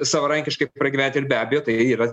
savarankiškai pragyventi ir be abejo tai yra